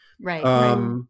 Right